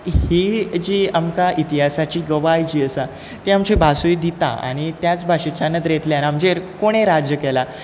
ही जी आमकां इतिहासाची गवाय जी आसा ते आमचे भासूय दिता आनी त्याच भाशेच्या नदरेंतल्यान आमचेर कोणें राज्य केलां